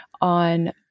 on